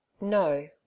No